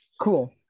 cool